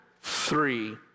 three